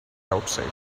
outside